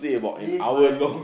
this my